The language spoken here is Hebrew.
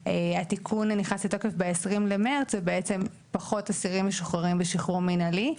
נכנס לתוקף ב-20 במרץ ובעצם פחות אסירים משוחררים בשחרור מינהלי.